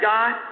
God